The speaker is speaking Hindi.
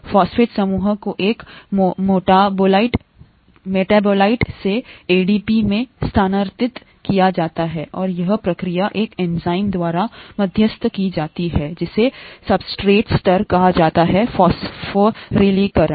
फॉस्फेट समूह को एक मेटाबोलाइट से एडीपी में स्थानांतरित किया जाता है और यह प्रक्रिया एक एंजाइम द्वारा मध्यस्थ की जाती है जिसे सब्सट्रेट स्तर कहा जाता है फास्फारिलीकरण